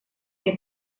que